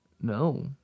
No